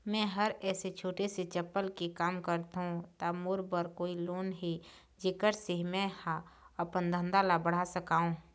मैं हर ऐसे छोटे से चप्पल के काम करथों ता मोर बर कोई लोन हे जेकर से मैं हा अपन धंधा ला बढ़ा सकाओ?